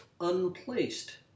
Unplaced